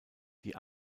die